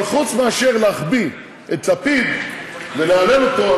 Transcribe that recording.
אבל חוץ מאשר להחביא את לפיד ולהלל אותו,